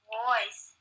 voice